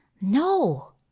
No